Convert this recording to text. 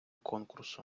конкурсу